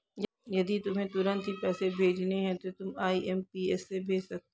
यदि तुम्हें तुरंत ही पैसे भेजने हैं तो तुम आई.एम.पी.एस से भेज सकती हो